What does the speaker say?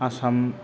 Assam